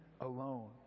alone